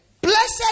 Blessed